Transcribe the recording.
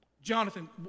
Jonathan